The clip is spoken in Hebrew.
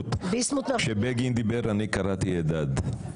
כשבגין דיבר, אני קראתי הידד.